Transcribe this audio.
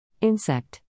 Insect